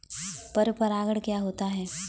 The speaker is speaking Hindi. पर परागण क्या होता है?